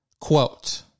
quote